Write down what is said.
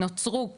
נוצרו,